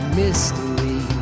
mystery